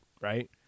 right